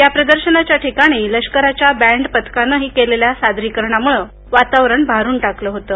या प्रदर्शनाच्या ठिकाणी लष्कराच्या बँडपथकानही कविल्या सादरीकरणामुळ वितावरण भारून टाकलं होतं